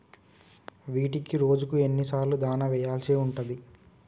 వీటికి రోజుకు ఎన్ని సార్లు దాణా వెయ్యాల్సి ఉంటది?